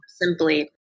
simply